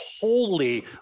holy